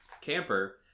camper